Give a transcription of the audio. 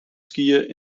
skiën